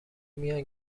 میان